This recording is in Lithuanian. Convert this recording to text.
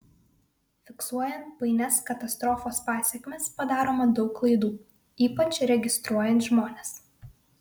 fiksuojant painias katastrofos pasekmes padaroma daug klaidų ypač registruojant žmones